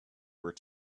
were